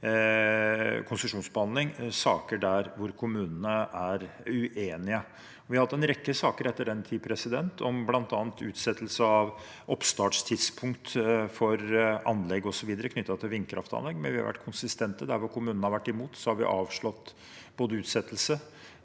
konsesjonsbehandling saker der kommunene er uenige. Vi har hatt en rekke saker etter den tid, bl.a. om utsettelse av oppstartstidspunkt for anlegg osv. knyttet til vindkraftanlegg, men vi har vært konsistente. Der hvor kommunene har vært imot, har vi avslått utsettelse,